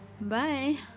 Bye